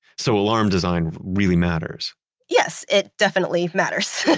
so alarm design really matters yes, it definitely matters,